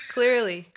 Clearly